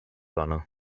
dona